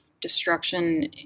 Destruction